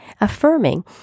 affirming